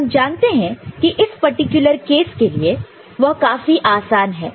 और हम जानते हैं कि इस पर्टिकुलर केस के लिए वह काफी आसान है